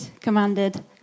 commanded